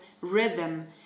rhythm